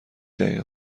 دقیقه